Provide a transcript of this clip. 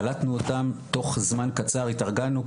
קלטנו אותם תוך זמן קצר התארגנו,